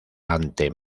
ante